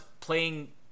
playing